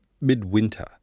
midwinter